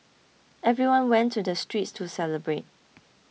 everyone went to the streets to celebrate